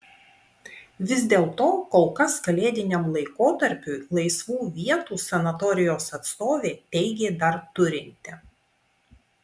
vis dėlto kol kas kalėdiniam laikotarpiui laisvų vietų sanatorijos atstovė teigė dar turinti